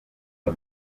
iyo